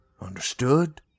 Understood